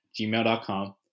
gmail.com